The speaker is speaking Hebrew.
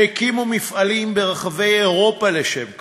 שהקימו מפעלים ברחבי אירופה לשם כך?